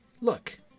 Look